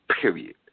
period